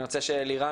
אני רוצה שאלירן,